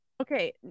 Okay